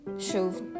show